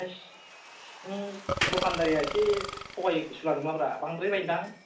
हैस नों दखानदारिया एसे थगायसुला नामाब्रा बांद्रायबायदां